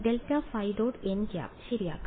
nˆ ശരിയാക്കാം